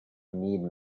need